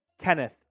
Kenneth